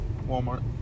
Walmart